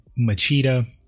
Machida